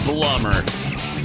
Blummer